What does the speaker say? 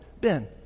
Ben